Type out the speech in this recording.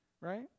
right